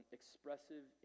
expressive